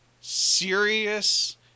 serious